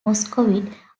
muscovite